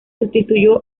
sustituyó